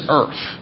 earth